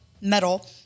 metal